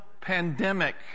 pandemic